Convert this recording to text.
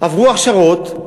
עברו הכשרות,